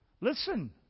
Listen